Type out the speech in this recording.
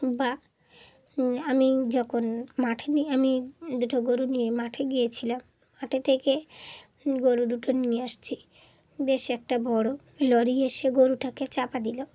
বা আমি যখন মাঠে নিয়ে আমি দুটো গরু নিয়ে মাঠে গিয়েছিলাম মাঠে থেকে গরু দুটো নিয়ে আসছি বেশ একটা বড়ো লরি এসে গরুটাকে চাপা দিল